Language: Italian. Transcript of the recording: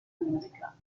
musica